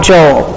Joel